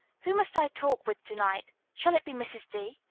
who must i talk with to-night shall it be mrs. d?